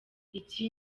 iki